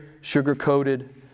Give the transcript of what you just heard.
sugar-coated